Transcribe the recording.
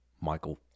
Michael